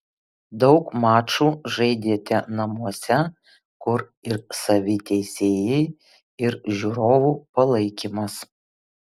daug mačų žaidėte namuose kur ir savi teisėjai ir žiūrovų palaikymas